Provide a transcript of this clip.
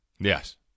Yes